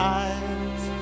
eyes